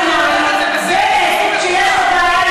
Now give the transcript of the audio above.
את כולם, לפחות אתה כן,